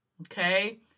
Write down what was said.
Okay